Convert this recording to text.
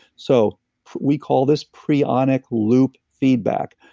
so we call this preonic loop feedback.